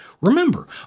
Remember